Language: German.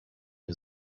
mir